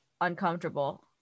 uncomfortable